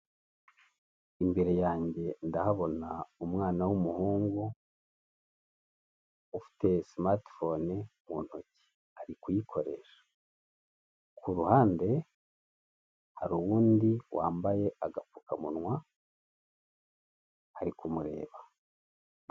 Imbere yanjye ndahabona umwana w'umuhungu ufite simati fone mu ntoki ari kuyikoresha, ku ruhande hari uwundi wambaye agapfukamunwa ari kumureba.